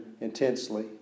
intensely